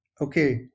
Okay